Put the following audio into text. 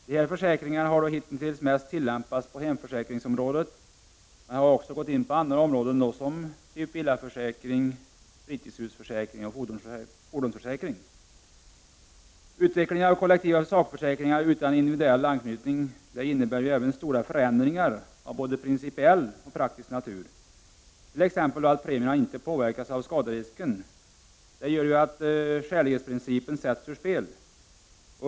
De här försäkringarna har hitintills mest tillämpats på hemförsäkringsområdet, men har också gått in på andra områden som villaförsäkringar, fritidshusförsäkringar och fordonsförsäkringar. Utvecklingen av kollektiva sakförsäkringar utan individuell anknytning innebär ju även stora förändringar av både principiell och praktisk natur. Det förhållandet att premierna inte påverkas av skaderisken gör exempelvis att skälighetsprincipen sätts ur spel.